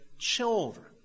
children